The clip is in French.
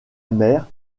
mère